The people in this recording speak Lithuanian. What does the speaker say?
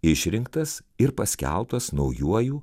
išrinktas ir paskelbtas naujuoju